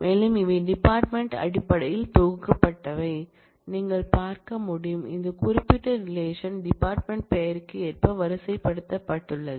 எனவே இவை டிபார்ட்மென்ட் அடிப்படையில் தொகுக்கப்பட்டவை நீங்கள் பார்க்க முடியும் இந்த குறிப்பிட்ட ரிலேஷன் டிபார்ட்மென்ட் பெயருக்கு ஏற்ப வரிசைப்படுத்தப்பட்டுள்ளது